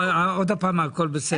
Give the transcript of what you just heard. עוד פעם 'הכול בסדר' הזה.